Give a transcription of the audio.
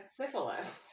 syphilis